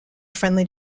friendly